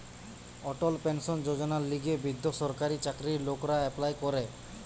অটল pension যোজনার লিগে বৃদ্ধ সরকারি চাকরির লোকরা এপ্লাই করে